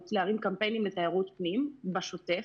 להרים קמפיינים לתיירות פנים בשוטף,